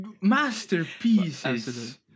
masterpieces